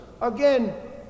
again